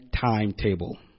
timetable